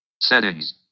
Settings